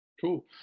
Cool